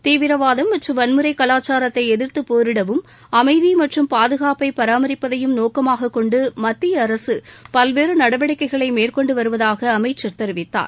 தீவிரவாம் மற்றும் வன்முறை கலாச்சாரத்தை எதிர்த்து போரிடவும் அமைதி மற்றும் பாதுகாப்பை பராமரிப்பதையும் நோக்கமாக கொண்ட மத்திய அரசு பல்வேறு நடவடிக்கைகளை மேற்கொண்டு வருவதாக அமைச்சர் தெரிவித்தார்